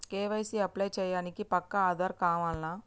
KYC apply చేయనీకి పక్కా ఆధార్ కావాల్నా?